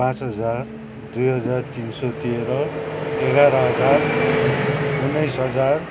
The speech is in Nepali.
पाँच हजार दुई हजार तिन सय तेह्र एघाह्र हजार उन्नाइस हजार